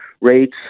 rates